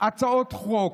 הצעות חוק.